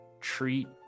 treat